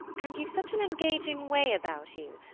and you've such an engaging way about you.